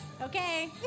Okay